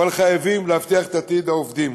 אבל חייבים להבטיח את עתיד העובדים.